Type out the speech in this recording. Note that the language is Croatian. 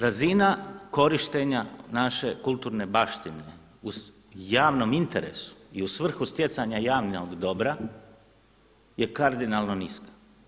Razina korištenja naše kulturne baštine u javnom interesu i u svrhu stjecanja javnog dobra je kardinalno niska.